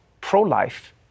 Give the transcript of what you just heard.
pro-life